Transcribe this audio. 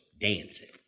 dancing